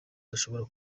dushobora